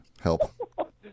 help